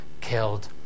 killed